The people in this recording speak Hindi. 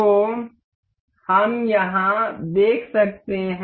तो हम यहां देख सकते हैं